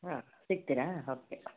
ಹಾಂ ಸಿಗ್ತೀರಾ ಓಕೆ